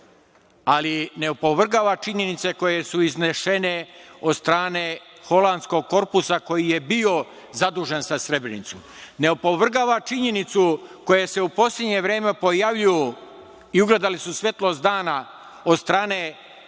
ali ne opovrgava činjenice koje su iznešene od strane holandskog korpusa koji je bio zadužen za Srebrenicu. Ne opovrgava činjenice koja se u poslednje vreme pojavljuju i ugledale su svetlost dana od strane Velike